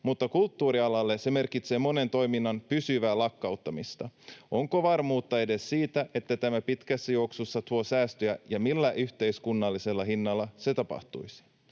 mutta kulttuurialalle se merkitsee monen toiminnan pysyvää lakkauttamista. Onko varmuutta edes siitä, että tämä pitkässä juoksussa tuo säästöjä, ja millä yhteiskunnallisella hinnalla se tapahtuisi?